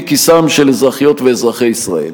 מכיסם של אזרחיות ואזרחי ישראל.